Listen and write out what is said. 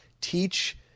teach